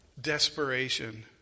desperation